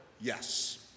Yes